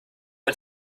ein